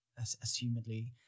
assumedly